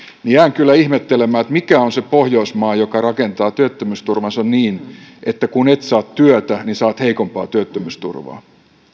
kyllä ihmettelemään että mikä on se pohjoismaa joka rakentaa työttömyysturvansa niin että kun et saa työtä niin saat heikompaa työttömyysturvaa